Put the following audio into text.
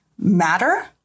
matter